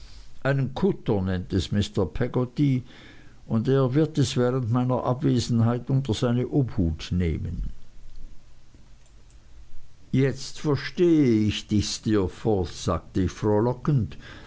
nennt es mr peggotty und er wird es während meiner abwesenheit unter seine obhut nehmen jetzt verstehe ich dich steerforth sagte ich frohlockend